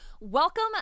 Welcome